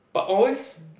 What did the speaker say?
but always